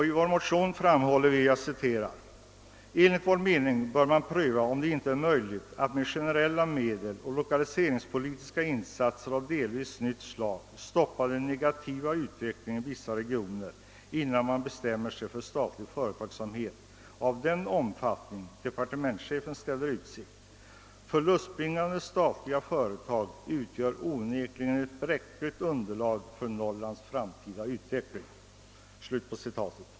I vår motion heter det »enligt vår mening bör man pröva om det inte är möjligt att med generella medel och lokaliseringspolitiska insatser av delvis nytt slag stoppa den negativa utvecklingen i vissa regioner innan man bestämmer sig för statlig företagsamhet av den omfattning <departementschefen ställer i utsikt. Förlustbringande statliga företag utgör onekligen ett bräckligt underlag för Norrlands framtida utveckling».